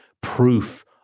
proof